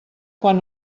quan